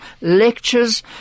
lectures